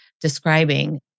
describing